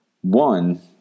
One